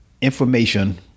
information